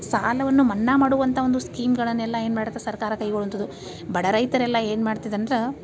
ಸಾಲವನ್ನು ಮನ್ನಾ ಮಾಡುವಂಥ ಒಂದು ಸ್ಕೀಮ್ಗಳನ್ನೆಲ್ಲ ಏನು ಮಾಡುತ್ತೆ ಸರ್ಕಾರ ಕೈಗೊಳ್ಳುವಂಥದ್ದು ಬಡ ರೈತರೆಲ್ಲ ಏನು ಮಾಡ್ತದೆ ಅಂದ್ರೆ